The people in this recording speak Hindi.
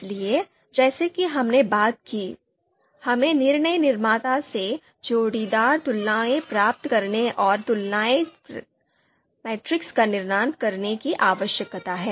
इसलिए जैसा कि हमने बात की हमें निर्णय निर्माता से जोड़ीदार तुलनाएं प्राप्त करने और तुलना मैट्रीस का निर्माण करने की आवश्यकता है